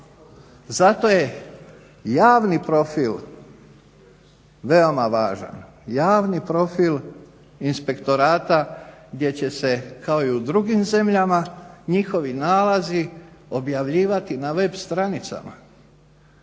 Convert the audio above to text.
Zato je javni profil veoma važan, javni profil inspektorata gdje će se kao i u drugim zemljama njihovi nalazi objavljivati na web stranicama.